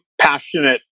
passionate